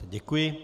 Děkuji.